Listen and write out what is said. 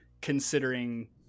considering